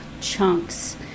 chunks